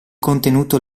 contenuto